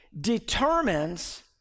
determines